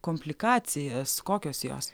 komplikacijas kokios jos